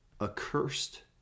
Accursed